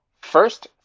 first